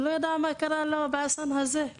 הוא לא ידע מה קרה לו באסון הזה.